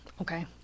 Okay